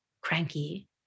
cranky